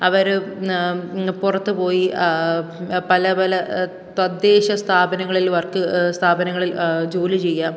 അവർ പുറത്ത് പോയി പല പല തദ്ദേശ സ്ഥാപനങ്ങളിൽ വർക്ക് സ്ഥാപനങ്ങളിൽ ജോലി ചെയ്യാം